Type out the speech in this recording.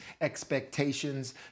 expectations